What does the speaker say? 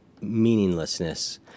meaninglessness